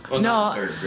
no